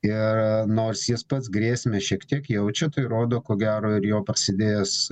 ir nors jis pats grėsmę šiek tiek jaučia tai rodo ko gero ir jo prasidėjęs